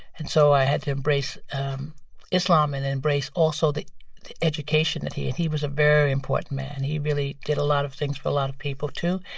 and so i had to embrace islam and embrace also the the education that he and he was a very important man. he really did a lot of things for a lot of people, too.